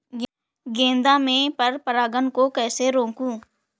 गेंदा में पर परागन को कैसे रोकुं?